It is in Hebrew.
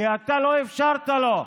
כי אתה לא אפשרת לו.